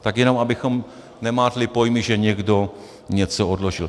Tak jenom abychom nemátli pojmy, že někdo něco odložil.